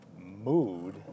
mood